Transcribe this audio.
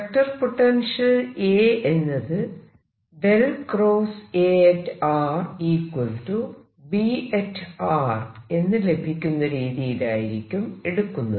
vector potential A എന്നത് ArB എന്ന് ലഭിക്കുന്ന രീതിയിലായിരിക്കും എടുക്കുന്നത്